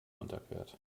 unterquert